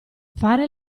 fare